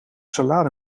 salade